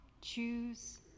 choose